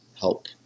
help